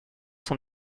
sont